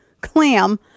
clam